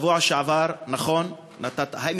בשבוע שעבר נתת, נכון.